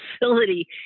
facility